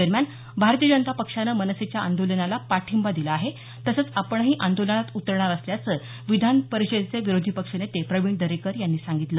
दरम्यान भारतीय जनता पक्षानं मनसेच्या आंदोलनाला पाठिंबा दिला आहे तसंच आपणही आंदोलनात उतरणार असल्याचं विधापरिषदेचे विरोधीपक्ष नेते प्रविण दरेकर यांनी सांगितलं